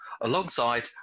alongside